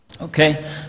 Okay